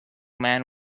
man